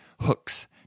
hooks